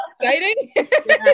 Exciting